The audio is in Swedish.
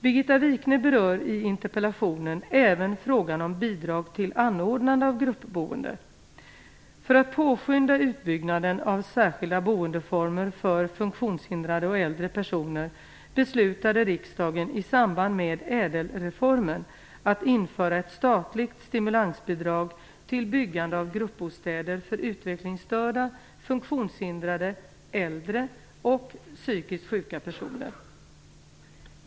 Birgitta Wichne berör i interpellationen även frågan om bidrag till anordnande av gruppboende. För att påskynda utbyggnaden av särskilda boendeformer för funktionshindrade och äldre personer beslutade riksdagen i samband med ÄDEL-reformen att införa ett statligt stimulansbidrag till byggande av gruppbostäder för utvecklingsstörda, funktionshindrade, äldre och psykiskt sjuka personer.